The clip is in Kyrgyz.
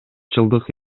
жылдык